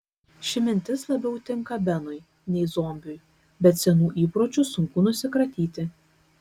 ši mintis labiau tinka benui nei zombiui bet senų įpročių sunku nusikratyti